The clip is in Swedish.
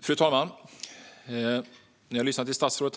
Fru talman! När man lyssnar till statsrådet